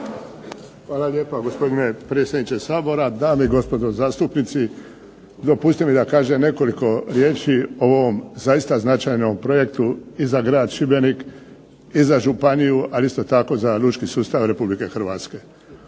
Hvala lijepa gospodine predsjedniče Sabora, dame i gospodo zastupnici. Dopustite mi da kažem nekoliko riječi o ovom zaista značajnom projektu i za grad Šibenik i za županiju, ali isto tako i za lučki sustav Republike Hrvatske.